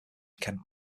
kent